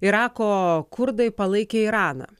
irako kurdai palaikė iraną